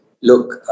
look